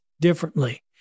differently